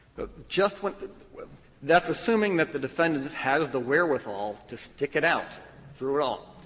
just when when that's assuming that the defendant has has the wherewithal to stick it out through it all,